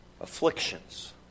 Afflictions